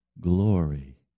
Glory